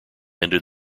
ended